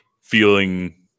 feeling